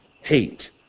hate